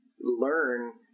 learn